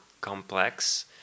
complex